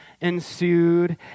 ensued